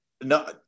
No